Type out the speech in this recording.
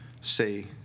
say